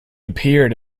appeared